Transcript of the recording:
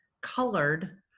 colored